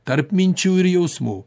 tarp minčių ir jausmų